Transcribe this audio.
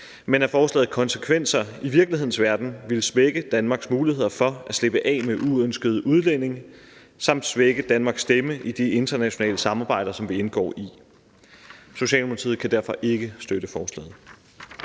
mener, at forslagets konsekvenser i virkelighedens verden ville svække Danmarks muligheder for at slippe af med uønskede udlændinge samt svække Danmarks stemme i de internationale samarbejder, som vi indgår i. Socialdemokratiet kan derfor ikke støtte forslaget.